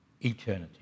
eternity